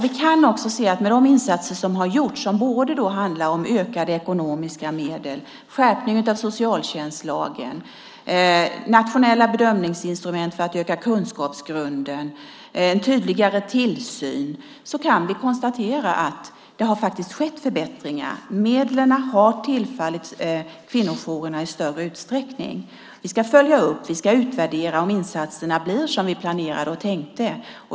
Vi kan med de insatser som gjorts - ökade ekonomiska medel, skärpning av socialtjänstlagen, nationella bedömningsinstrument för att öka kunskapsgrunden, en tydligare tillsyn - konstatera att det skett förbättringar. Medlen har tillfallit kvinnojourerna i större utsträckning. Vi ska följa upp och vi ska utvärdera detta för att se om insatserna blev som vi planerade och tänkte.